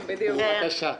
אורי בבקשה.